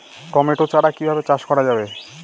Tomato চারা কিভাবে চাষ করা যাবে?